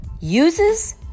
uses